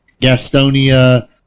Gastonia